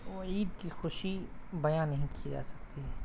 وہ عید کی خوشی بیاں نہیں کی جا سکتی ہے